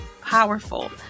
powerful